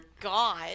God